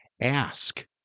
ask